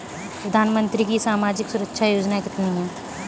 प्रधानमंत्री की सामाजिक सुरक्षा योजनाएँ कितनी हैं?